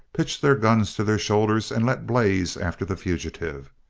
pitched their guns to their shoulders and let blaze after the fugitive.